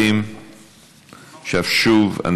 שוב,